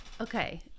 Okay